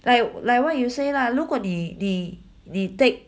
like like what you say lah 如果你你你 take